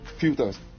filters